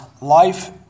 life